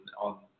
on